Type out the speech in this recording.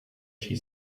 she